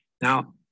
Now